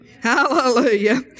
Hallelujah